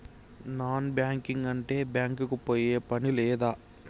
Non banking అంటే bank కి పోయే పని లేదా?